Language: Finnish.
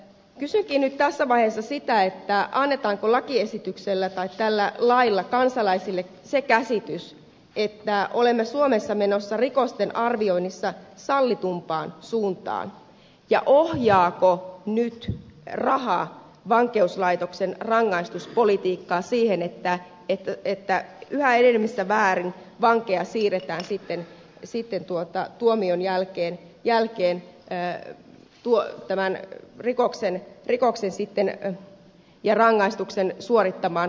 kysynkin nyt tässä vaiheessa sitä annetaanko tällä lailla kansalaisille se käsitys että olemme suomessa menossa rikosten arvioinnissa sallitumpaan suuntaan ja ohjaako nyt raha vankeuslaitoksen rangaistuspolitiikkaa siihen että yhä enenevässä määrin vankeja siirretään sitten tuomion jälkeen tämän rikoksen rikoksen sitten em ja rangaistuksen suorittamaan kotioloissa